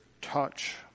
touch